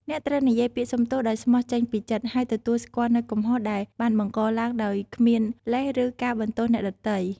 អ្នកត្រូវនិយាយពាក្យសុំទោសដោយស្មោះចេញពីចិត្ត ហើយទទួលស្គាល់នូវកំហុសដែលបានបង្កឡើងដោយគ្មានលេស ឬការបន្ទោសអ្នកដទៃ។